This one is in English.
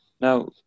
Now